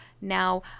now